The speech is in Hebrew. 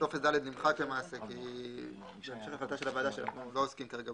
טופס ד' נמחק למעשה כי בשל החלטה של הוועדה שאנחנו לא עוסקים כרגע